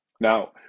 Now